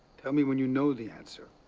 tell me when you know the answer.